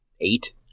eight